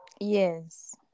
yes